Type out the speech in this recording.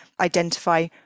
identify